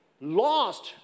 lost